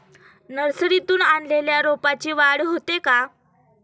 नर्सरीतून आणलेल्या रोपाची वाढ होते का?